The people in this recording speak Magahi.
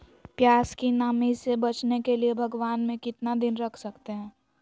प्यास की नामी से बचने के लिए भगवान में कितना दिन रख सकते हैं?